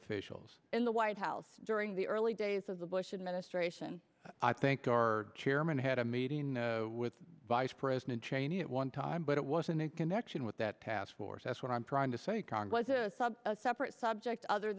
officials in the white house during the early days of the bush administration i think our chairman had a meeting with vice president cheney at one time but it wasn't in connection with that task force that's what i'm trying to say congo is a separate subject other